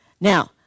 Now